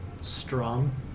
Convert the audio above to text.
strong